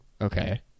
okay